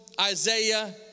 Isaiah